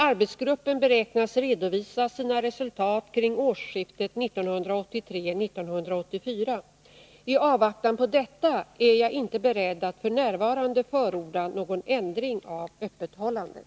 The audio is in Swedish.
Arbetsgruppen beräknas redovisa sina resultat kring årsskiftet 1983-1984. I avvaktan på detta är jag inte beredd att f. n. förorda någon förändring av öppethållandet.